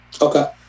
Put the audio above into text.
okay